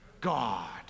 God